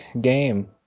game